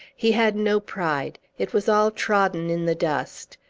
he had no pride it was all trodden in the dust.